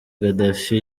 gaddafi